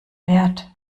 wert